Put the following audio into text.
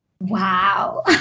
Wow